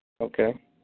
Okay